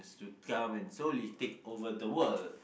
to come and solely take over the world